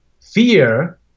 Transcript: Fear